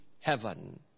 heaven